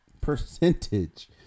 percentage